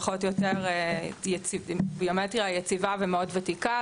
פחות או יותר ביומטריה יציבה ומאוד ותיקה.